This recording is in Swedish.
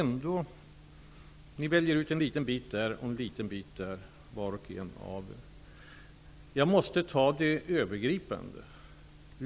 Ni väljer ut en liten bit här och en liten bit där var och en av er. Jag måste ta det övergripande.